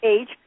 age